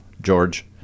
George